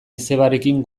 izebarekin